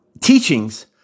teachings